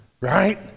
Right